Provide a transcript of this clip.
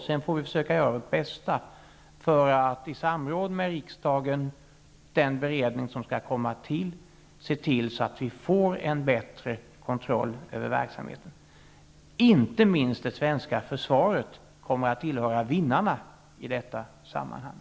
Sedan får vi försöka göra vårt bästa för att i samråd med riksdagen, den beredning som kommer att tillsättas, se till att vi får en bättre kontroll över verksamheten. Inte minst det svenska försvaret kommer att tillhöra vinnarna i det sammanhanget.